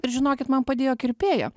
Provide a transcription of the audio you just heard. ir žinokit man padėjo kirpėja